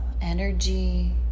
Energy